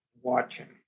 watching